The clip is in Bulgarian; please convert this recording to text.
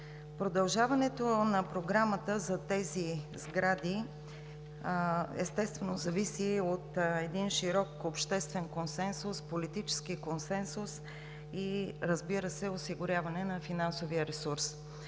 Продължаването на Програмата за тези сгради, естествено, зависи от един широк обществен консенсус, политически консенсус и, разбира се, осигуряване на финансовия ресурс.